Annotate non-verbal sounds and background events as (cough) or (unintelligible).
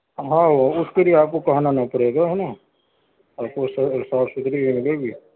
ہاں اُس کے لیے آپ کو کہنا نہیں پڑے گا ہے نا ایسے تو (unintelligible) صاف سُتھری ملے گی